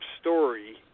story